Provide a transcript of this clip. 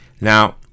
Now